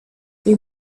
they